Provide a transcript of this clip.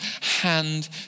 hand